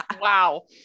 Wow